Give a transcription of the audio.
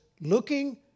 looking